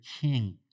king